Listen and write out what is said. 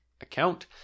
account